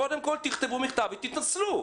קודם כול תכתבו מכתב ותתנצלו.